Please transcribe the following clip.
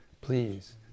please